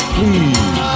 Please